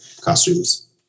costumes